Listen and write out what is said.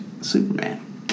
Superman